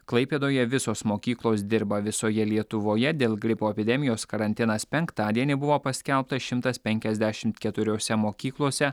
klaipėdoje visos mokyklos dirba visoje lietuvoje dėl gripo epidemijos karantinas penktadienį buvo paskelbtas šimtas penkiasdešimt keturiose mokyklose